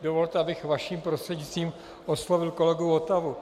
Dovolte, abych vaším prostřednictvím oslovil kolegu Votavu.